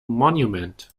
monument